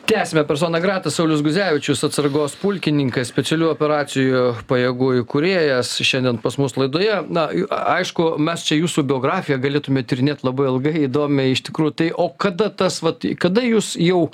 tęsiame persona grata saulius guzevičius atsargos pulkininkas specialių operacijų pajėgų įkūrėjas šiandien pas mus laidoje na aišku mes čia jūsų biografiją galėtume tyrinėt labai ilgai įdomiai iš tikrųjų tai o kada tas vat kada jūs jau